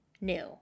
new